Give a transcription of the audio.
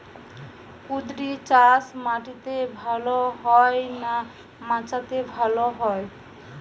কুঁদরি চাষ মাটিতে ভালো হয় না মাচাতে ভালো হয়?